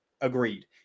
Agreed